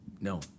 No